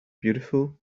beautiful